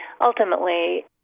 ultimately